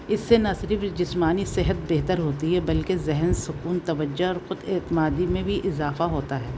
اس سے نہ صرف جسمانی صحت بہتر ہوتی ہے بلکہ ذہن سکون توجہ اور خود اعتمادی میں بھی اضافہ ہوتا ہے